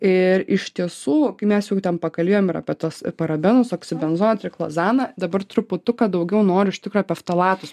ir iš tiesų mes jau ten pakalbėjom ir apie tuos parabenus oksibenzoną triklozaną dabar truputuką daugiau noriu iš tikro apie ftalatus